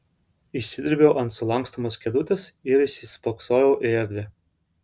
išsidrėbiau ant sulankstomos kėdutės ir įsispoksojau į erdvę